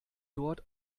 dort